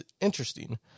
interesting